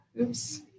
Oops